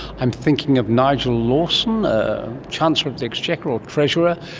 i'm thinking of nigel lawson, a chancellor of the exchequer or treasurer,